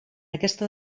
aquesta